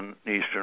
Eastern